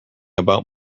about